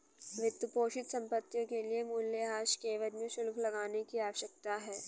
वित्तपोषित संपत्तियों के लिए मूल्यह्रास के एवज में शुल्क लगाने की आवश्यकता है